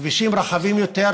כבישים רחבים יותר,